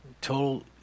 Total